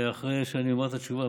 אחרי שאני אומר את התשובה,